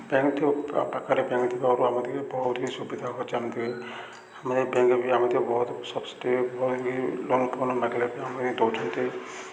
bank ପାଖରେ bank ଥିବାରୁ ଆମେ ଟିକ ବହୁତ ହି ସୁବିଧା ହେଉଛି ଆମତିଏ ଆମେ ବ୍ୟାଙ୍କ ବି ଆମେ ବହୁତ ସବସିଡ଼ି ଲୋନ୍ଫୋନ୍ ମାଗିଲା ବି ଆମେ ଦେଉଛନ୍ତି